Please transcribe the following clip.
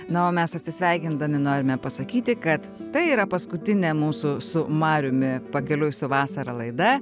na o mes atsisveikindami norime pasakyti kad tai yra paskutinė mūsų su mariumi pakeliui su vasara laida